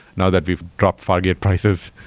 now that we've dropped fargate prices.